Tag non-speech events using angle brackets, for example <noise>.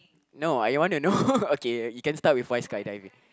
no I wanna know <laughs> okay you can start with why skydiving